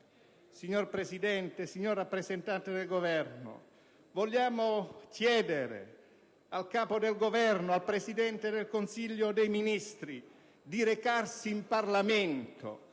Signor Presidente, signor rappresentante del Governo, vogliamo chiedere al Presidente del Consiglio dei ministri di recarsi in Parlamento